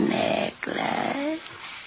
necklace